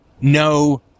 no